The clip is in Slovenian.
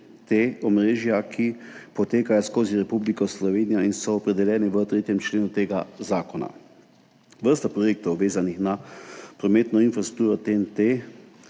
omrežja TEN-T, ki potekajo skozi Republiko Slovenijo in so opredeljeni v 3. členu tega zakona. Vrsto projektov, vezanih na prometno infrastrukturo TEN-T,